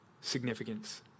significance